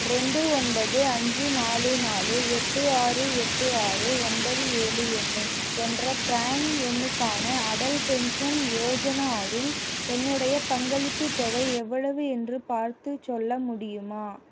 ரெண்டு ஒன்பது அஞ்சு நாலு நாலு எட்டு ஆறு எட்டு ஆறு ஒன்பது ஏழு ஒன்று என்ற ப்ரான் எண்ணுக்கான அடல் பென்ஷன் யோஜனாவில் என்னுடைய பங்களிப்புத் தொகை எவ்வளவு என்று பார்த்துச் சொல்ல முடியுமா